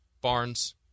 Barnes